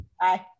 Bye